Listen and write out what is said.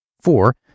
Four